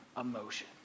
emotion